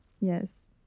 Yes